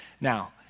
Now